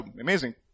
amazing